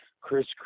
Chris